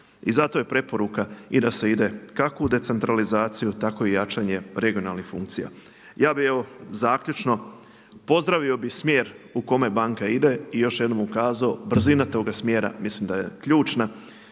i zato je preporuka i da se ide kako u decentralizaciju, tako i jačanje regionalnih funkcija. Ja bih evo zaključno, pozdravio bih smjer u kome banka ide i još jednom ukazao brzina toga smjera mislim da je ključna.